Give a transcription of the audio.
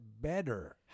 better